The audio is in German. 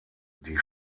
die